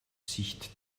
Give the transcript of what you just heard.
sicht